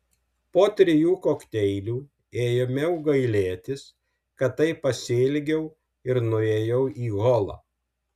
po trijų kokteilių ėmiau gailėtis kad taip pasielgiau ir nuėjau į holą